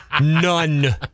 None